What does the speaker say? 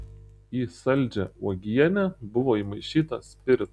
į saldžią uogienę buvo įmaišyta spirito